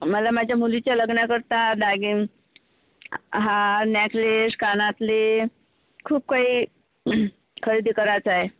मला माझ्या मुलीच्या लग्नाकरता दागि हार नेकलेस कानातले खूप काही खरेदी करायचं आहे